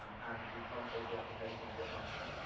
um and the current state of the application into a function,